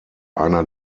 einer